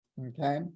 okay